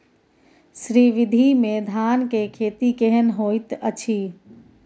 श्री विधी में धान के खेती केहन होयत अछि?